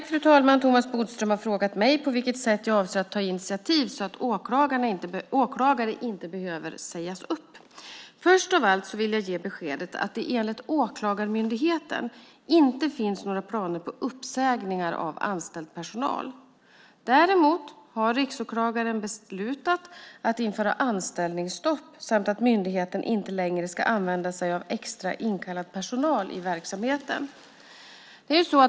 Fru talman! Thomas Bodström har frågat mig på vilket sätt jag avser att ta initiativ så att åklagare inte behöver sägas upp. Först av allt vill jag ge beskedet att det enligt Åklagarmyndigheten inte finns några planer på uppsägningar av anställd personal. Däremot har riksåklagaren beslutat att införa anställningsstopp samt att myndigheten inte längre ska använda sig av extra inkallad personal i verksamheten.